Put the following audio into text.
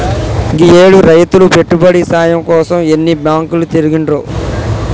గీయేడు రైతులు పెట్టుబడి సాయం కోసం ఎన్ని బాంకులు తిరిగిండ్రో